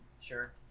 Sure